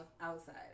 outside